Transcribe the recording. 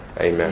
Amen